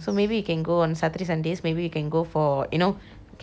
so maybe we can go on saturday sundays maybe we can go for you know caverns is also around the corner [what]